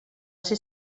ser